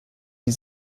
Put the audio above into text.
die